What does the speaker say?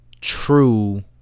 true